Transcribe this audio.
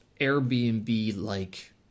Airbnb-like